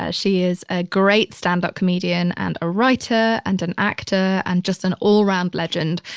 ah she is a great stand up comedian and a writer and an actor and just an all round legend.